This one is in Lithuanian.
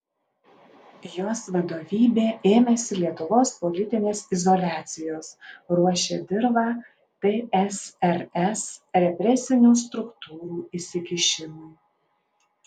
jos vadovybė ėmėsi lietuvos politinės izoliacijos ruošė dirvą tsrs represinių struktūrų įsikišimui